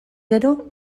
gero